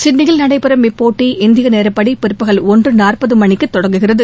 சிட்னியில் நடைபெறும் இப்போட்டி இந்திய நேரப்படி பிற்பகல் ஒன்று நாற்பது மணிக்கு தொடங்குகிறது